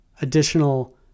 additional